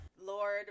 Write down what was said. lord